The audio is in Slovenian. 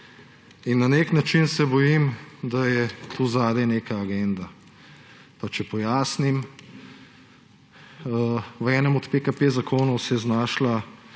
Na nek način se bojim, da je tu zadaj neka agenda. Pa če pojasnim. V enem od PKP zakonov se je znašla